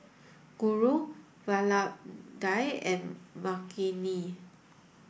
Guru Vallabhbhai and Makineni